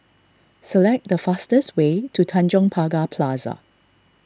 select the fastest way to Tanjong Pagar Plaza